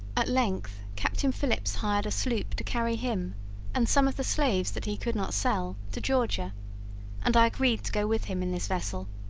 at length captain phillips hired a sloop to carry him and some of the slaves that he could not sell to georgia and i agreed to go with him in this vessel,